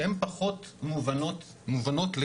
שהן פחות מובנות לי